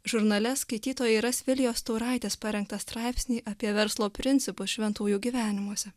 žurnale skaitytojai ras vilijos tauraitės parengtą straipsnį apie verslo principus šventųjų gyvenimuose